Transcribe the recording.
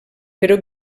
però